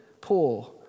poor